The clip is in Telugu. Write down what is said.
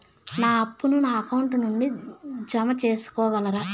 నా అప్పును నా అకౌంట్ నుండి జామ సేసుకోగలరా?